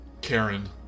Karen